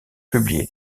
publier